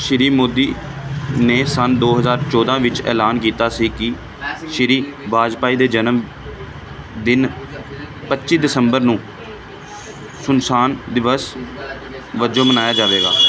ਸ਼੍ਰੀ ਮੋਦੀ ਨੇ ਸੰਨ ਦੋ ਹਜ਼ਾਰ ਚੌਦ੍ਹਾਂ ਵਿੱਚ ਐਲਾਨ ਕੀਤਾ ਸੀ ਕਿ ਸ਼੍ਰੀ ਵਾਜਪਾਈ ਦੇ ਜਨਮ ਦਿਨ ਪੱਚੀ ਦਸੰਬਰ ਨੂੰ ਸੁਨਸਾਨ ਦਿਵਸ ਵਜੋਂ ਮਨਾਇਆ ਜਾਵੇਗਾ